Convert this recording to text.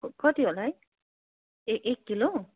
कति होला है ए एक किलो